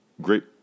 great